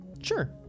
Sure